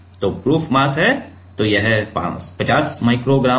तो proof mass है तो यह ५० माइक्रो ग्राम है